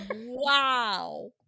Wow